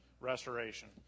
restoration